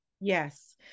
Yes